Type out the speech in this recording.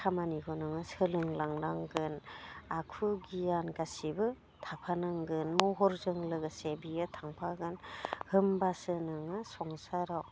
खामानिखौ नोङो सोलोंलांनांगोन आखु गियान गासिबो थाफानांगोन महरजों लोगोसे बियो थांफागोन होमब्लासो नोङो संसाराव